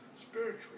spiritually